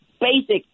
basic